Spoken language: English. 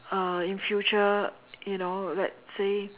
uh in future you know let's say